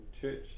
church